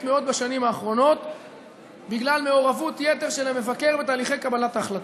מאוד בשנים האחרונות בגלל מעורבות-יתר של המבקר בתהליכי קבלת ההחלטות,